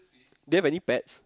do you have any pets